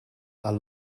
are